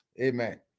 Amen